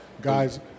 guys